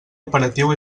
operatiu